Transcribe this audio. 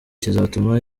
kizatuma